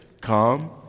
come